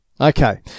Okay